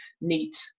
neat